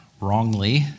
wrongly